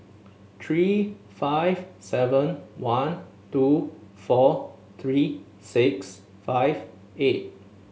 three five seven one two four three six five eight